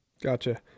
Gotcha